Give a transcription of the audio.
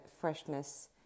freshness